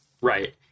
right